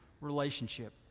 relationship